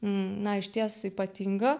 na iš ties ypatinga